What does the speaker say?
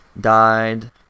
died